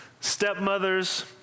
stepmothers